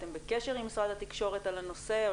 אתם בקשר עם משרד התקשורת על הנושא או